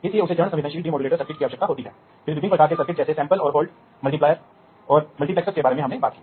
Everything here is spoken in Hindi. और यह डिजिटल संचार नेटवर्क होने का एक बड़ा फायदा यह है कि यह डेटा उपलब्धता को बढ़ाता है